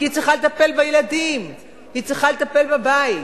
כי היא צריכה לטפל בילדים והיא צריכה לטפל בבית.